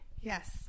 Yes